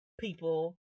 people